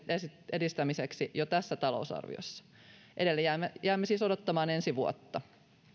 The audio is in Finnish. edistämiseksi jo tässä talousarviossa edelleen jäämme siis odottamaan ensi vuotta